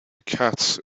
cats